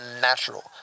natural